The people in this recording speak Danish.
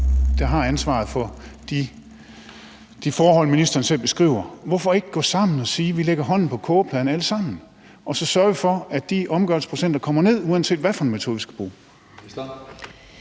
der har ansvaret for de forhold, ministeren selv beskriver. Hvorfor ikke gå sammen og sige, at vi alle sammen lægger hånden på kogepladen, og vi så sørger for, at de omgørelsesprocenter kommer ned, uanset hvad for en metode vi skal bruge?